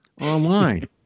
online